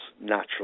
naturally